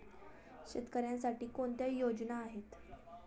शेतकऱ्यांसाठी कोणत्या योजना आहेत?